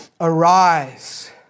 Arise